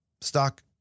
Stock